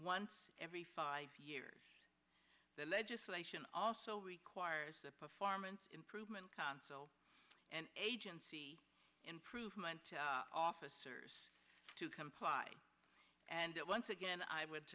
once every five years the legislation also requires the performance improvement council and agency improvement officers to comply and that once again i would